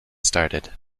started